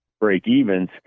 break-evens